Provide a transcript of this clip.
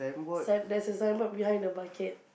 sign there's a signboard behind the bucket